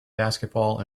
basketball